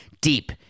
deep